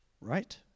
Right